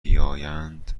بیایند